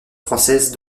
française